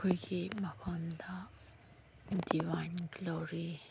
ꯑꯩꯈꯣꯏꯒꯤ ꯃꯐꯝꯗ divine glory